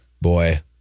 Boy